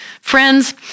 Friends